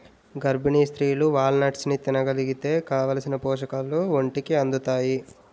గర్భిణీ స్త్రీలు వాల్నట్స్ని తినగలిగితే కావాలిసిన పోషకాలు ఒంటికి అందుతాయి